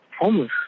homeless